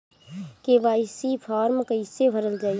KYC form कइसे भरल जाइ?